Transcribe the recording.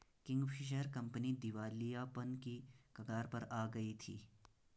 Kingfisher company दिवालियापन की कगार पर आ गई थी